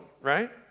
right